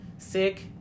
Sick